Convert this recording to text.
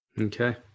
Okay